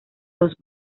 los